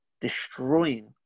destroying